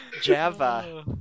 Java